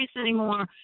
anymore